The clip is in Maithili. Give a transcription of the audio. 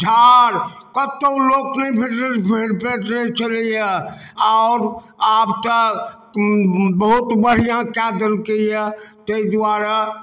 झाड़ कतहु लोक नहि भेटै भेटै छलैए आओर आब तऽ बहुत बढ़िआँ कऽ देलकैए ताहि दुआरे